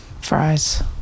fries